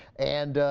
and